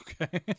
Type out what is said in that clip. Okay